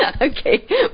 Okay